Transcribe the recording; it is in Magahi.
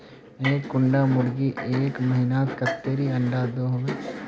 एक कुंडा मुर्गी एक महीनात कतेरी अंडा दो होबे?